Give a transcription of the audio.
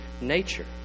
nature